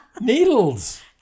Needles